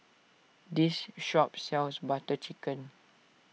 this shop sells Butter Chicken